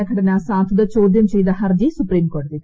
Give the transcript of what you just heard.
ഭരണഘടനാ സാധുത ചോദ്യം ചെയ്ത ഹർജി സുപ്രീംകോടതി തള്ളി